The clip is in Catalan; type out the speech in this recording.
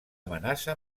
amenaça